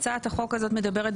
הצעת החוק הזאת מדברת,